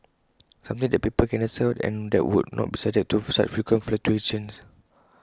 something that people can understand and that would not be subject to such frequent fluctuations